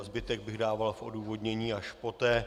Zbytek bych dával v odůvodnění až poté.